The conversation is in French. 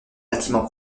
bâtiment